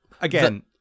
Again